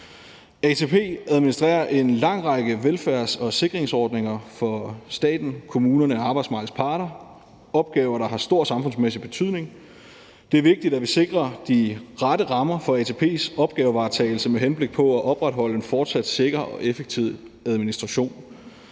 ATP administrerer en lang række velfærds- og sikringsordninger for staten, kommunerne og arbejdsmarkedets parter; opgaver, der har stor samfundsmæssig betydning. Det er vigtigt, at vi sikrer de rette rammer for ATP's opgavevaretagelse med henblik på at opretholde en fortsat sikker og effektiv administration.